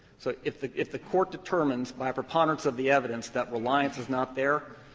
so if the if the court determines by a preponderance of the evidence that reliance is not there,